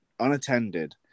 unattended